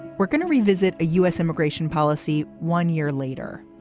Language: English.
we're going to revisit a u s. immigration policy. one year later,